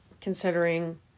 considering